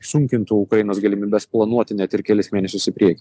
sunkintų ukrainos galimybes planuoti net ir kelis mėnesius į priekį